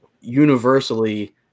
universally